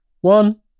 One